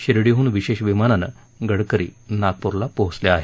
शिर्डीहून विशेष विमानानं गडकरी नागपूरला पोचले आहेत